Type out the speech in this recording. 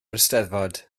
eisteddfod